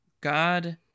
God